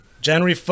January